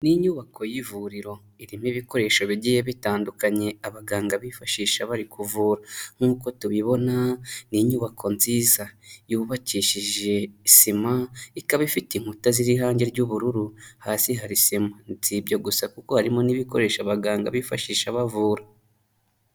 Ni inyubako y'ivuriro, irimo ibikoresho bigiye bitandukanye abaganga bifashisha bari kuvura, nk'uko tubibona ni inyubako nziza yubakishije sima, ikaba ifite inkuta ziriho irange ry'ubururu, hasi hari sima, si ibyo gusa kuko harimo n'ibikoresho abaganga bifashisha bavura.